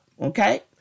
okay